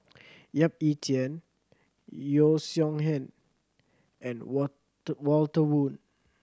Yap Ee Chian Yeo Song and Walter Woon